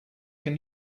can